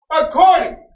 according